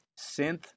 synth